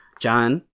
John